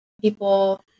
people